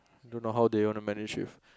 don't know how they want to manage shift